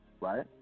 right